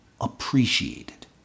appreciated